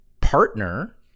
partner